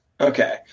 Okay